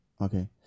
Okay